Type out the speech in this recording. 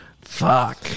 Fuck